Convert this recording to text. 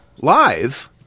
live